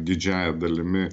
didžiąja dalimi